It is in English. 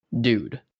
dude